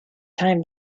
time